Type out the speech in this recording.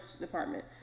department